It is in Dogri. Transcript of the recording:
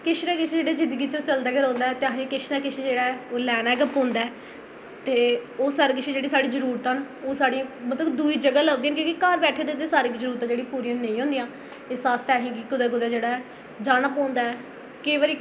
किश न किश जेह्ड़ा ऐ जिंदगी च चलदा गै रौंह्दा ऐ ते असें गी किश न किश जेह्ड़ा ऐ ओह् लैना गै पौंदा ऐ ते ओह् सारा किश जेह्ड़ी साढ़ी जरुरतां न ओह् साढ़ियां मतलब दूई जगह् लभदियां की जे घर बैठे दे ते सारियां जरुरतां जेह्ड़ियां पूरियां नेईं होंदियां इस आस्तै असें गी कुतै कुतै जेह्ड़ा ऐ जाना पौंदा ऐ केईं बारी